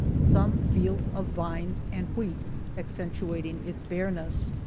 some fields of vines and wheat accentuat ing its barrenness.